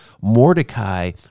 Mordecai